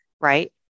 right